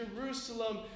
Jerusalem